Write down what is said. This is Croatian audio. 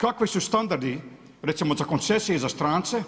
Kakvi su standardi recimo za koncesije za strance